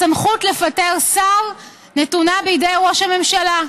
הסמכות לפטר שר נתונה בידי ראש הממשלה.